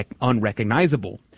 unrecognizable